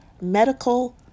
medical